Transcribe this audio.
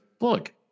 look